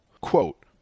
Quote